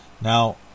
Now